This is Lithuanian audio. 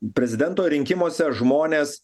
prezidento rinkimuose žmonės